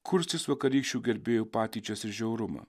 kurstys vakarykščių gerbėjų patyčias ir žiaurumą